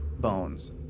bones